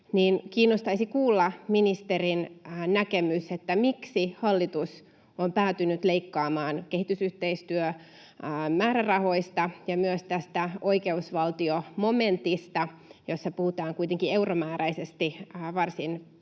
kiinnostaisi kuulla ministerin näkemys, miksi hallitus on päätynyt leikkaamaan kehitysyhteistyömäärärahoista ja myös tästä oikeusvaltiomomentista, jossa puhutaan kuitenkin euromääräisesti varsin pienestä,